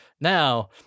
now